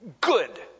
Good